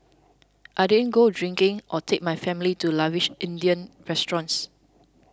I didn't go drinking or take my family to lavish Indian restaurants